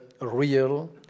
real